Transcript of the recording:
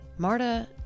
Marta